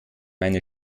meine